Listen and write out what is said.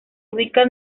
ubica